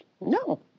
No